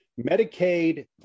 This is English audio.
Medicaid